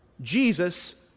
Jesus